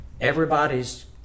Everybody's